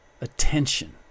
attention